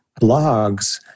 blogs